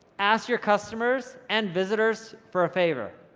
ask your customers and visitors for a favour.